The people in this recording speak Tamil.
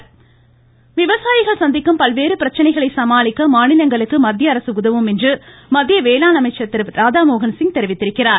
கேள்விடநேரம் ராதாடமோகன்சிங் விவசாயிகள் சந்திக்கும் பல்வேறு பிரச்சனைகளை சமாளிக்க மாநிலங்களுக்கு மத்திய அரசு உதவும் என்று மத்திய வேளாண் அமைச்சர் திருராதாமோகன்சிங் தெரிவித்திருக்கிறார்